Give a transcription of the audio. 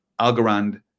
Algorand